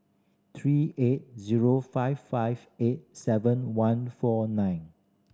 three eight zero five five eight seven one four nine